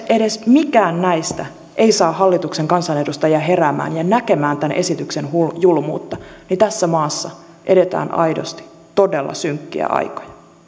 edes mikään näistä ei saa hallituksen kansanedustajia heräämään ja näkemään tämän esityksen julmuutta niin tässä maassa eletään aidosti todella synkkiä aikoja